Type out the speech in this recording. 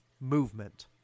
movement